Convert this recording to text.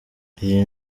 iyi